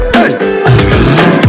Hey